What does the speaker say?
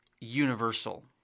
universal